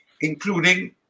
including